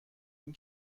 این